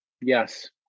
Yes